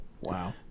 Wow